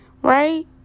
Right